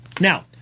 Now